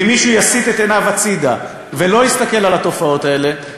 ואם מישהו יסיט את עיניו הצדה ולא יסתכל על התופעות האלה,